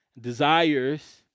desires